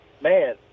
man